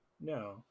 no